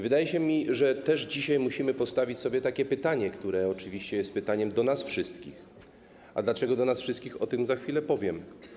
Wydaje mi się, że dzisiaj musimy postawić sobie pytanie, które oczywiście jest pytaniem do nas wszystkich, a dlaczego do nas wszystkich, o tym za chwilę powiem.